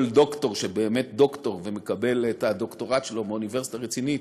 כל דוקטור שבאמת דוקטור ומקבל את הדוקטורט שלו מאוניברסיטה רצינית,